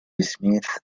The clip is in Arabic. سميث